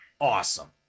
awesome